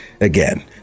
again